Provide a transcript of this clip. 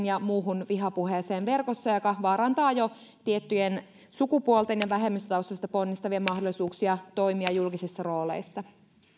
ja muuhun vihapuheeseen verkossa joka vaarantaa jo tiettyjen sukupuolten ja vähemmistötaustasta ponnistavien mahdollisuuksia toimia julkisissa rooleissa